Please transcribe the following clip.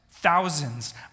Thousands